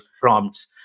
prompts